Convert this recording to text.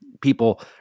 people